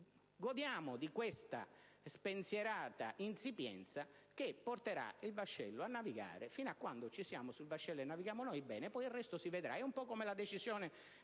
quindi di questa spensierata insipienza, che porterà il vascello a navigare: fino a quando sul vascello ci siamo noi bene, poi il resto si vedrà. È un po' come la decisione